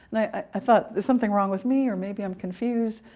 and i thought there's something wrong with me or maybe i'm confused.